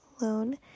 alone